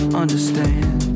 understand